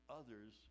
others